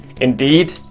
Indeed